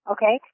Okay